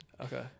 Okay